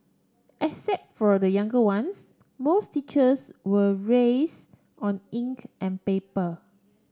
except for the younger ones most teachers were raise on ink and paper